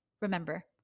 remember